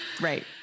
right